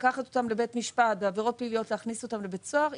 לקחת אותם לבית משפט בעבירות פליליות ולהכניס אותם לבית סוהר,